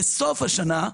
בסוף השנה,